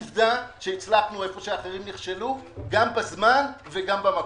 עובדה שהצלחנו היכן שאחרים נכשלו - גם בזמן וגם במקום.